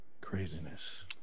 craziness